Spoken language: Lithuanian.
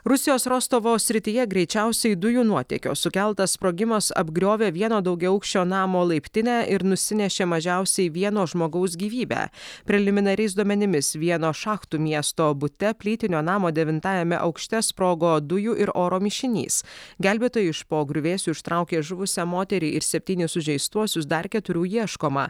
rusijos rostovo srityje greičiausiai dujų nuotėkio sukeltas sprogimas apgriovė vieno daugiaaukščio namo laiptinę ir nusinešė mažiausiai vieno žmogaus gyvybę preliminariais duomenimis vieno šachtų miesto bute plytinio namo devintajame aukšte sprogo dujų ir oro mišinys gelbėtojai iš po griuvėsių ištraukė žuvusią moterį ir septynis sužeistuosius dar keturių ieškoma